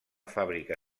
fàbrica